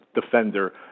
defender